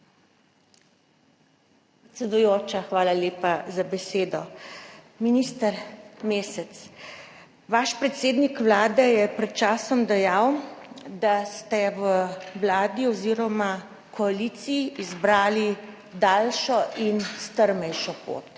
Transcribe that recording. Predsedujoča, hvala lepa za besedo. Minister Mesec, predsednik Vlade je pred časom dejal, da ste v Vladi oziroma koaliciji izbrali daljšo in strmejšo pot.